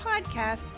podcast